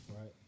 Right